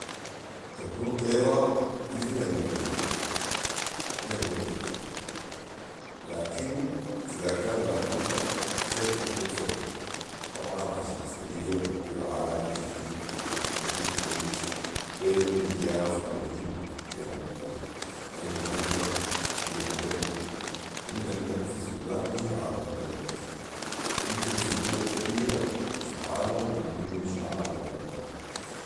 تكون طيره دي ذي النبزه زي النبزه كده لاكن اذا كان لا بد اخير تكون صقر طبعا عشان سريع وبطير عالي شديد وبيشوف كويس غير انه قيافه ومهم بين الطيور وعنده هيبه وليه قدله وعندنا نحن في السودان هو شعار البلد وامكن في دول كتيره في العالم عاملينو شعار ليهم